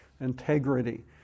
integrity